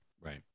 Right